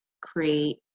create